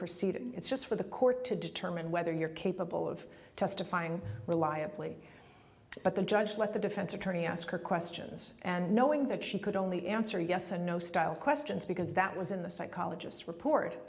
proceeding it's just for the court to determine whether you're capable of testifying reliably but the judge let the defense attorney ask her questions and knowing that she could only answer yes and no style questions because that was in the psychologist's report